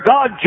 God